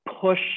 push